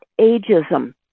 ageism